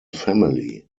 family